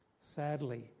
Sadly